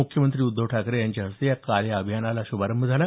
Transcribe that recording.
मुख्यमंत्री उद्धव ठाकरे यांच्या हस्ते काल या अभियानाचा शुभारंभ झाला